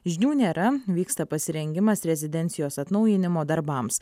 žinių nėra vyksta pasirengimas rezidencijos atnaujinimo darbams